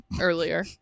earlier